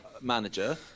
manager